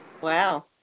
wow